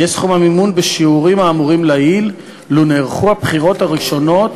יהיה סכום המימון בשיעורים האמורים לעיל לו נערכו הבחירות הראשונות